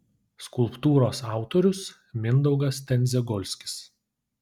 skulptūros autorius mindaugas tendziagolskis